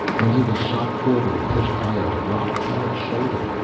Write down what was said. then he was shot forward, pushed by a rock-hard shoulder.